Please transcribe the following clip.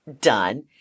done